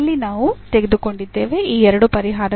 ಇಲ್ಲಿ ನಾವು ತೆಗೆದುಕೊಂಡಿದ್ದೇವೆ ಈ ಎರಡು ಪರಿಹಾರಗಳು